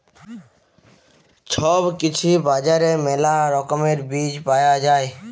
ছব কৃষি বাজারে মেলা রকমের বীজ পায়া যাই